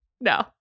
No